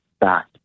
back